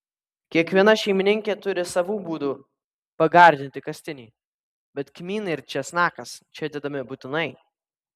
kiekviena šeimininkė turi savų būdų pagardinti kastinį bet kmynai ir česnakas čia dedami būtinai